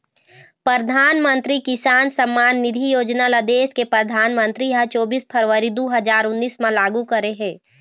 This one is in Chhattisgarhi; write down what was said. परधानमंतरी किसान सम्मान निधि योजना ल देस के परधानमंतरी ह चोबीस फरवरी दू हजार उन्नीस म लागू करे हे